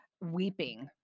weeping